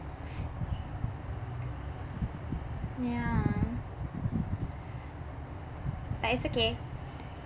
yeah but it's okay